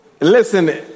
listen